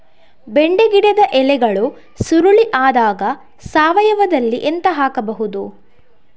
ಬೆಂಡೆ ಗಿಡದ ಎಲೆಗಳು ಸುರುಳಿ ಆದಾಗ ಸಾವಯವದಲ್ಲಿ ಎಂತ ಹಾಕಬಹುದು?